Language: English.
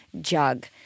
Jug